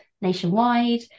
nationwide